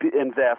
invest